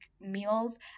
meals